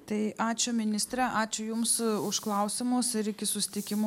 tai ačiū ministre ačiū jums už klausimus ir iki susitikimų